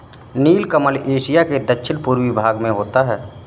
नीलकमल Asia के दक्षिण पूर्वी भाग में होता है